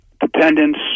dependence